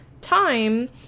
time